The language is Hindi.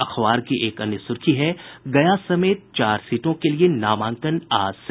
अखबार की एक अन्य सुर्खी है गया समेत चार सीटों के लिए नामांकन आज से